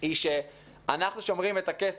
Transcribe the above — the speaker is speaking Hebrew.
היא שאנחנו שומרים את הכסף.